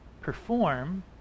perform